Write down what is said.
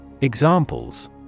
Examples